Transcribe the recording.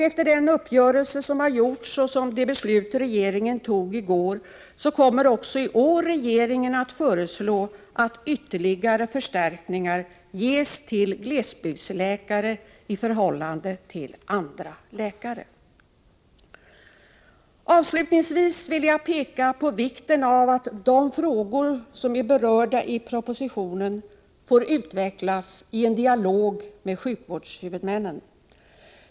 Efter den uppgörelse som har gjorts och det beslut regeringen fattade i går kommer regeringen att föreslå att ökade resurser i förhållande till andra läkare också i år skall ges till glesbygdsläkarna. Avslutningsvis vill jag peka på vikten av att de frågor som är berörda i propositionen får utvecklas i en dialog med sjukvårdshuvudmännen.